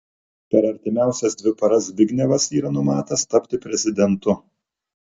per artimiausias dvi paras zbignevas yra numatęs tapti prezidentu